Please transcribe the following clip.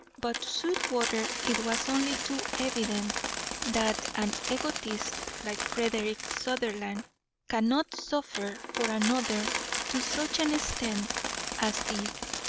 but to sweetwater it was only too evident that an egotist like frederick sutherland cannot suffer for another to such an extent as this,